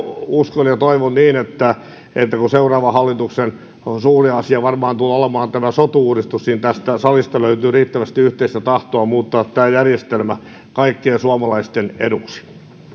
uskon ja toivon että että kun seuraavan hallituksen suuri asia varmaan tulee olemaan sotu uudistus tästä salista löytyy riittävästi yhteistä tahtoa muuttaa tämä järjestelmä kaikkien suomalaisten eduksi